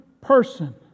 person